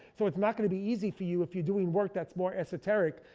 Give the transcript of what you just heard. so it's not gonna be easy for you if you're doing work that's more esoteric.